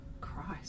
Christ